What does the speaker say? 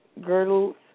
girdles